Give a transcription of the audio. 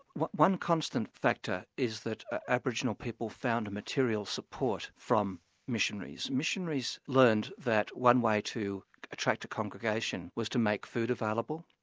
one one constant factor is that ah aboriginal people found a material support from missionaries. missionaries learned that one way to attract a congregation was to make food available.